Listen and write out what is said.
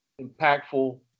impactful